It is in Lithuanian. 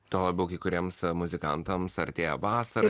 tuo labiau kai kuriems muzikantams artėja vasara